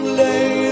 lay